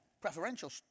preferential